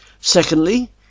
Secondly